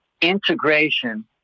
integration